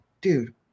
dude